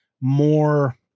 more